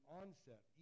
onset